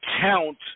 count